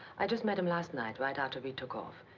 i just met him last night, right after we took off.